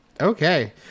Okay